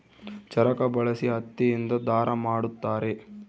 ಚರಕ ಬಳಸಿ ಹತ್ತಿ ಇಂದ ದಾರ ಮಾಡುತ್ತಾರೆ